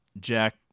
Jack